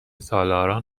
سالاران